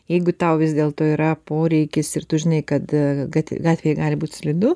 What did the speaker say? jeigu tau vis dėlto yra poreikis ir tu žinai kad a kad gat gatvėje gali būt slidu